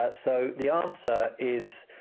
so the answer is,